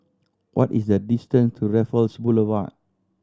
what is the distance to Raffles Boulevard